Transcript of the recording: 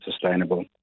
sustainable